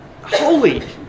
holy